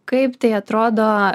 kaip tai atrodo